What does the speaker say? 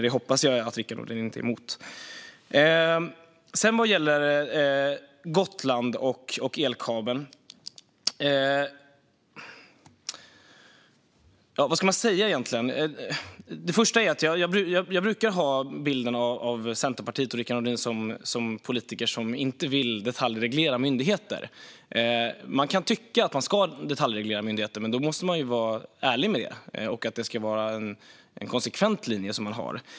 Det hoppas jag att Rickard Nordin inte är emot. Vad gäller Gotland och elkabeln vet jag inte vad jag ska säga. Jag brukar ha bilden av Centerpartiet och Rickard Nordin som ett parti och en politiker som inte vill detaljreglera myndigheter. Man kan tycka att det ska göras, men då måste man vara ärlig med det och ha det som en konsekvent linje.